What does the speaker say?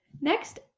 Next